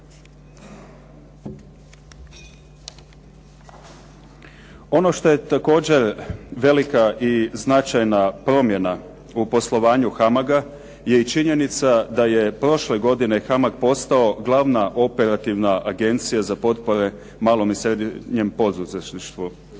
Ono što je također velika i značajna promjena u poslovanju HAMAG-a je i činjenica da je prošle godine HAMAG postao glavna operativna agencija za potpore malom i srednjem poduzetništvu.